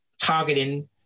targeting